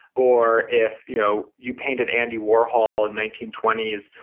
or if you know you painted andy warhol in nineteen twenty s,